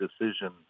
decision